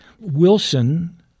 Wilson